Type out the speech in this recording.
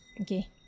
Okay